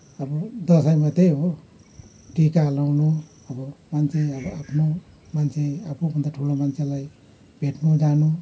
अब दसैँमा त्यही हो टिका लगाउनु अब मान्छे अब आफ्नो मान्छे आफूभन्दा ठुलो मान्छेलाई भेट्न जानु